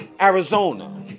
Arizona